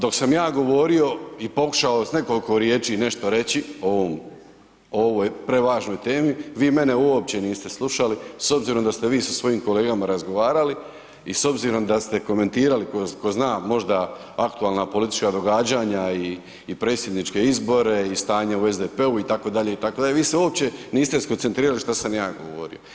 Dok sam ja govorio i pokušao s nekoliko riječi nešto reći o ovoj prevažnoj temi, vi mene uopće niste slušali, s obzirom da ste vi sa svojim kolegama razgovarali i s obzirom da ste komentirali tko zna možda aktualna politička događanja i Predsjedničke izbore i stanje u SDP-u itd., itd., vi se uopće niste skoncentrirali šta sam ja govorio.